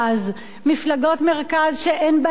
מפלגות מרכז שאין בהן כלום,